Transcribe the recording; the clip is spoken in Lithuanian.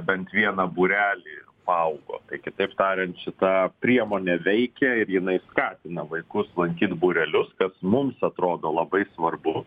bent vieną būrelį paaugo tai kitaip tariant šita priemonė veikia ir jinai skatina vaikus lankyt būrelius kas mums atrodo labai svarbu